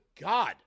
God